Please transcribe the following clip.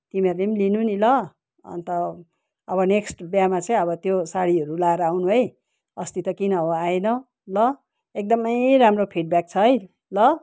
तिमीहरूले पनि लिनु नि ल अन्त अब नेक्स्ट बिहामा चाहिँ अब त्यो साडीहरू लाएर आउनु है अस्ति त किन हो आएन ल एकदमै राम्रो फिडब्याक छ है ल